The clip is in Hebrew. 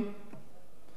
ויש ערבים,